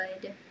good